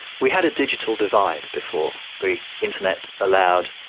we had a digital divide before. the internet allowed,